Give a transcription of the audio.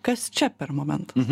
kas čia per momentas